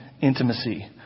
intimacy